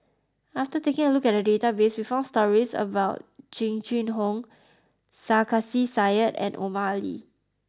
after taking a look at the database we found stories about Jing Jun Hong Sarkasi Said and Omar Ali